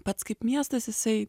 pats kaip miestas isai